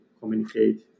communicate